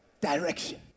direction